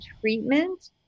treatment